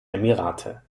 emirate